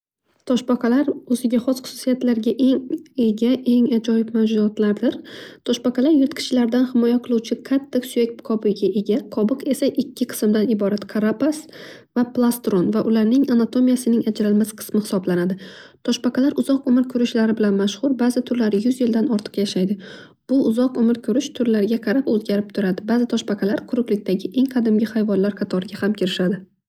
Toshbaqalar o'ziga xos xususiyatlarga ega eng ajoyib mavjudodlardir. Toshbaqalar yirtqichlardan himoya qiluvchi qattiq suyak qobig'iga ega qobiq esa ikki qismdan iborat karapas, plastron va ularning anatomiyasining ajralmas qismi hisoblanadi. Toshbaqalar uzoq umr ko'rishlari bilan mashhur ba'zi turlari yuz yildan ortiq yashaydi. Bu uzoq umr ko'rish turlarga qarab o'zgarib turadi. Ba'zi toshbaqalar quruqlikdagi eng qadimgi hayvonlar qatoriga ham kirishadi.